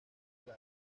live